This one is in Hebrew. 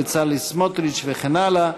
בצלצל סמוטריץ וכן הלאה.